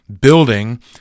building